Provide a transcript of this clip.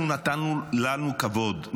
אנחנו נתנו לו כבוד,